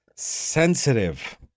sensitive